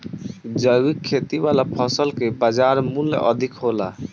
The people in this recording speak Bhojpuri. जैविक खेती वाला फसल के बाजार मूल्य अधिक होला